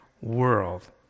world